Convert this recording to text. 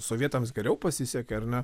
sovietams geriau pasisekė ar ne